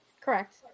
Correct